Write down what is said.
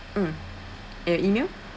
mm and email